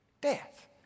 death